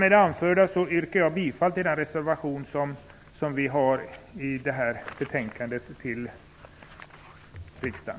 Med det anförda yrkar jag bifall till den reservation som vi har fogat till detta betänkande till riksdagen.